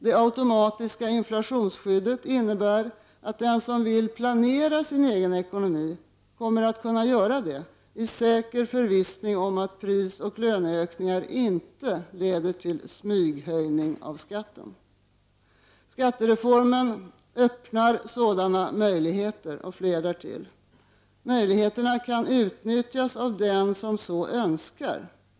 Det automatiska inflationsskyddet innebär att den som vill planera sin egen ekonomi kommer att kunna göra det, i säker förvissning om att prisoch löneökningar inte leder till smyghöjningar av skatten. Skattereformen öppnar sådana möjligheter och fler därtill. Möjligheterna kan utnyttjas av den som så önskar.